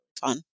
fun